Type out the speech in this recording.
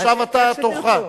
עכשיו תורך.